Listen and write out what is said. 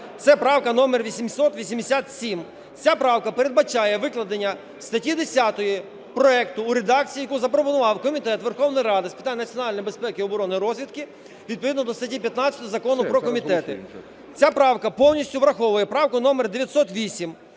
це правка номер 887. Ця правка передбачає викладення статті 10 проекту у редакції, яку запропонував Комітет Верховної Ради з питань національної безпеки, оборони та розвідки відповідно до статті 15 Закону "Про комітети". Ця правка повністю враховує правку номер 908.